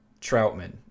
Troutman